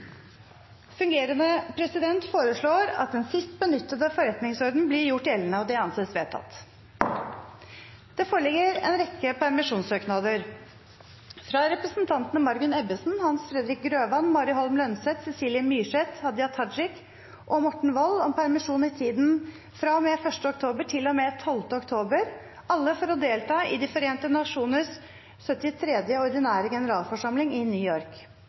Fungerende president foreslår at den sist benyttede forretningsorden blir gjort gjeldende. – Det anses vedtatt. Det foreligger en rekke permisjonssøknader: fra representantene Margunn Ebbesen , Hans Fredrik Grøvan , Mari Holm Lønseth , Cecilie Myrseth , Hadia Tajik og Morten Wold om permisjon i tiden fra og med 1. oktober til og med 12. oktober – alle for å delta i De forente nasjoners 73. ordinære generalforsamling i New York